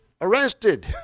arrested